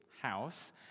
House